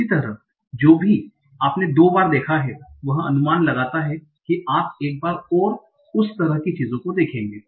इसी तरह आपने जो भी दो बार देखा है वह आकलन करता है कि आप एक बार और उस तरह की चीजों को देखेंगे